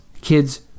kids